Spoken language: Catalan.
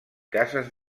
cases